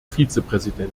vizepräsident